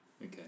Okay